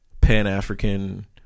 pan-african